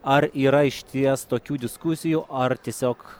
ar yra išties tokių diskusijų ar tiesiog